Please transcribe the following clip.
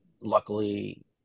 Luckily